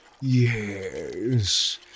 Yes